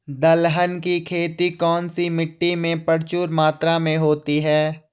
दलहन की खेती कौन सी मिट्टी में प्रचुर मात्रा में होती है?